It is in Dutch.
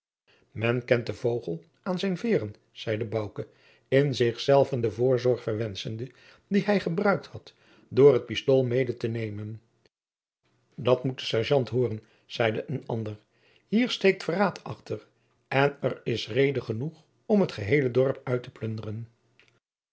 men kent den vogel aan zijn veeren zeide bouke in zich zelven de voorzorg verwenschende die hij gebruikt had door het pistool mede te nemen dat moet de serjeant hooren zeide een ander hier steekt verraad achter en er is rede genoeg om het geheele dorp uit te plunderen